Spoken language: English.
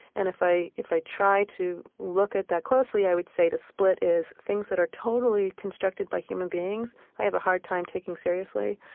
and if i if i try to look at that closely, i would say the split is, things that are totally constructed by human beings, i have a hard time taking seriously,